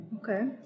Okay